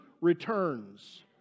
returns